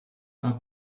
are